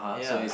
ya